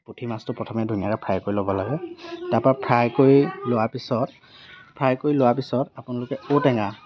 পুঠি মাছটো প্ৰথমে ধুনীয়াকৈ ফ্ৰাই কৰি ল'ব লাগে তাৰ পৰা ফ্ৰাই কৰি লোৱাৰ পিছত ফ্ৰাই কৰি লোৱাৰ পিছত আপোনালোকে ঔটেঙা